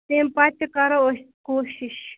تَمہِ پَتہٕ تہِ کَرو أسۍ کوٗشِش